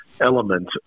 element